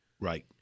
Right